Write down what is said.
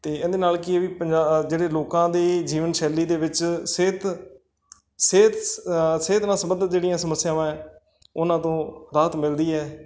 ਅਤੇ ਇਹਦੇ ਨਾਲ ਕੀ ਹੈ ਵੀ ਜਿਹੜੇ ਲੋਕਾਂ ਦੀ ਜੀਵਨ ਸ਼ੈਲੀ ਦੇ ਵਿੱਚ ਸਿਹਤ ਸਿਹਤ ਸ ਸਿਹਤ ਨਾਲ ਸੰਬੰਧਿਤ ਜਿਹੜੀਆਂ ਸਮੱਸਿਆਵਾਂ ਹੈ ਉਹਨਾਂ ਤੋਂ ਰਾਹਤ ਮਿਲਦੀ ਹੈ